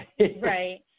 right